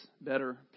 better